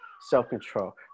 self-control